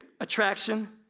attraction